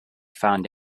found